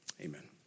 amen